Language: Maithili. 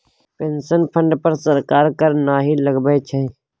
पेंशन फंड पर सरकार कर नहि लगबै छै